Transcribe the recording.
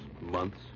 months